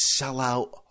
sellout